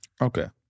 okay